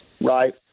right